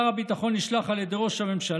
שר הביטחון נשלח על ידי ראש הממשלה,